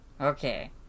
Okay